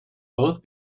both